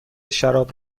شراب